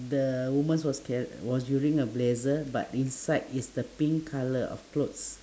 the woman was car~ was using her blazer but inside is the pink colour of clothes